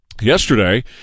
yesterday